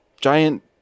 giant